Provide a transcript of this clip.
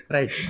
Right